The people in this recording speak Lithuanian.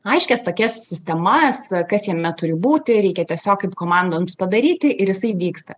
aiškias tokias sistemas kas jame turi būti reikia tiesiog kaip komandoms padaryti ir jisai vyksta